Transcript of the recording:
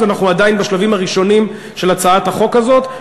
אנחנו עדיין בשלבים הראשונים של הצעת החוק הזאת.